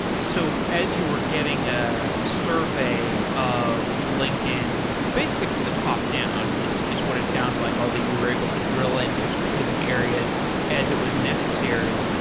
so as you were getting a survey of linkedin basically from the top-down is is what it sounds like, although you were able to drill in to specific areas as it was necessary.